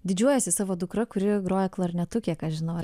didžiuojiesi savo dukra kuri groja klarnetu kiek aš žinau ar